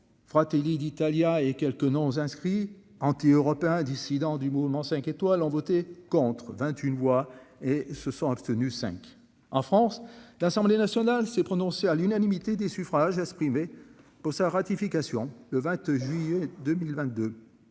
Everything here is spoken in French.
Fratelli d'Italia et quelques noms inscrits anti-européen dissidents du Mouvement 5 étoiles ont voté contre 28 voix et se sont abstenus, 5 en France, l'Assemblée nationale s'est prononcée à l'unanimité. C'est des suffrages exprimés pour sa ratification le 20 juillet 2022.